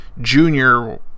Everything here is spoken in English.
junior